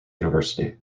university